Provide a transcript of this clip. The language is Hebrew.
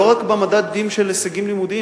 לא רק גם במדדים של הישגים לימודיים,